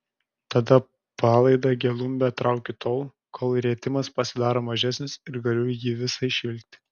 tada palaidą gelumbę traukiu tol kol rietimas pasidaro mažesnis ir galiu jį visą išvilkti